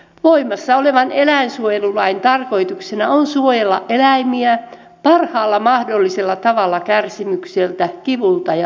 voimassa olevan eläinsuojelulain tarkoituksena on suojella eläimiä parhaalla mahdollisella tavalla kärsimykseltä kivulta ja tuskalta